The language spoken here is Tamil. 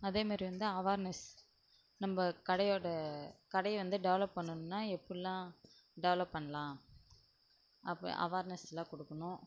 அதேமாரி வந்து அவார்னஸ் நம்ம கடையோட கடையை வந்து டெவலப் பண்ணணும்னா எப்பிடில்லாம் டெவலப் பண்ணலாம் அப்போ அவார்னஸ்லாம் கொடுக்கணும்